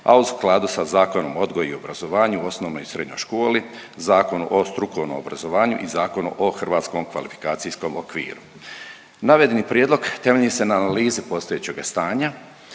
a u skladu sa Zakonom o odgoju i obrazovanju u osnovnoj i srednjoj školi, Zakonu o strukovnom obrazovanju i Zakonu o Hrvatskom kvalifikacijskom okviru. Navedeni prijedlog temelji se na analizi postojećega stanja,